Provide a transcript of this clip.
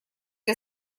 для